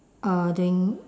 uh doing